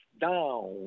down